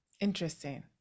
Interesting